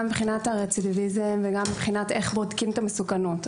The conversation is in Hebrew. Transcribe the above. גם מבחינת הרצידיביזם וגם מבחינת איך בודקים את המסוכנות.